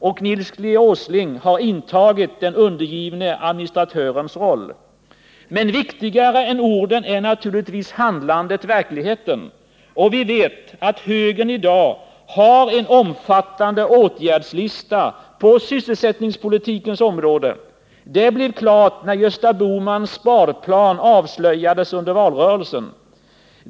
Och Nils G. Åsling har intagit den undergivne administratörens roll. Men viktigare än orden är naturligtvis handlandet, verkligheten. Vi vet att högern i dag har en omfattande åtgärdslista på sysselsättningspolitikens område. Det blev klart när Gösta Bohmans sparplan avslöjades under valrörelsen.